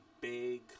big